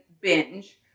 binge